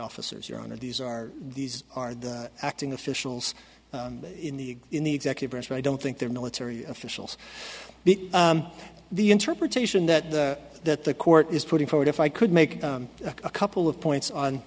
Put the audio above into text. officers your honor these are these are the acting officials in the in the executive branch and i don't think their military officials the interpretation that that the court is putting forward if i could make a couple of points on